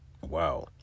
wow